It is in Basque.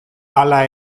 hala